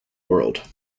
world